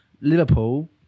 liverpool